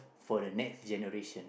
for the next generation